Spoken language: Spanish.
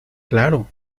claro